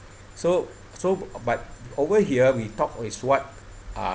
so so but over here we talk is what uh